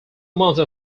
mountain